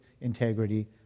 integrity